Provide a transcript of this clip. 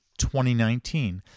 2019